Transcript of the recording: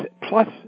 plus